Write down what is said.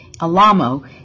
Alamo